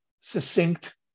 succinct